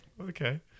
Okay